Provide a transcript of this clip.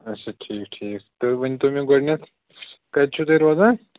اچھا ٹھیٖک ٹھیٖک تُہۍ ؤنۍتَو مےٚ گۄڈِنیٚتھ کتہِ چھُو تُہۍ روزان